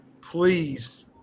Please